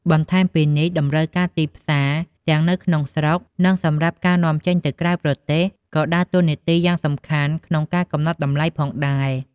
បន្ថែមពីនេះ តម្រូវការទីផ្សារ ទាំងនៅក្នុងស្រុក និងសម្រាប់ការនាំចេញទៅក្រៅប្រទេស ក៏ដើរតួនាទីយ៉ាងសំខាន់ក្នុងការកំណត់តម្លៃផងដែរ។